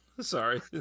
Sorry